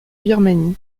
birmanie